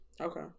Okay